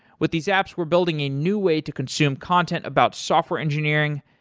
with these apps, we're building a new way to consume content about software engineering.